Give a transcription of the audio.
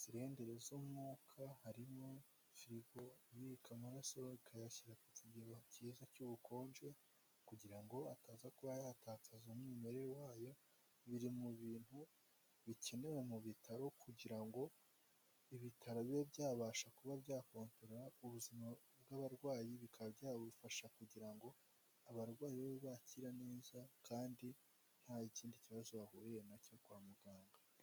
sirendere z'umwuka harimo firigo ibika amaraso akayashyira ku kigero cyiza cy'ubukonje kugira ngo ataza kuba yatakaza umwimerere wayo biri mu bintu bikenewe mu bitaro kugira ngo ibitaro bibe byabasha kuba byakongerara ubuzima bw'abarwayi bikabajyabufasha kugira ngo abarwayi be bakira neza kandi ntakinindi kibazo bahuriye nacyo kwa muganga.